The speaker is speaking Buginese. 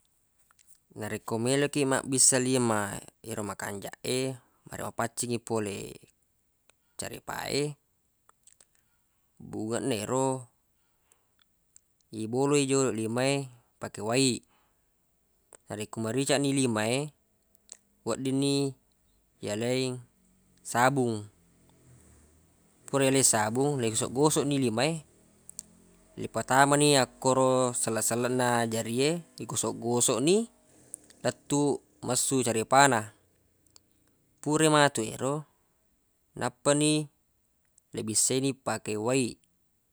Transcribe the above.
Narekko meloq kiq mabbisa lima ero makanjaq ebaraq mapaccingngi pole carepa e bungeq na ero ibolo i joloq lima e pake wai narekko maricaq ni lima e weddinni yaleng sabung pura yaleng sabung le gosoq-gosoq ni lima e le patamani akkoro selleq-selleq na jari e le gosoq-gosoq ni lettuq messu carepa na pura matu ero nappa ni le bissai pake wai